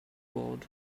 board